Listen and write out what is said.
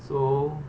so